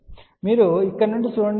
కాబట్టి మీరు ఇక్కడ నుండి చూడండి